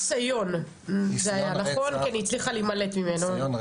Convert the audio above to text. היא הצליחה להימלט ממנו.